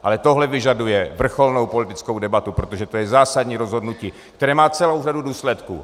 Ale tohle vyžaduje vrcholnou politickou debatu, protože to je zásadní rozhodnutí, které má celou řadu důsledků.